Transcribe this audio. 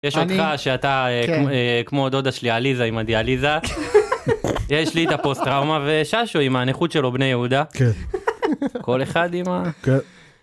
יש אותך שאתה כמו דודה שלי עליזה עם הדיאליזה, יש לי את הפוסט טראומה וששו עם הנכות שלו - בני יהודה. כל אחד עם ה